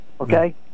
Okay